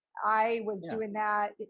i was doing that,